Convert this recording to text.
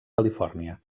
califòrnia